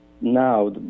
now